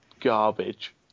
Garbage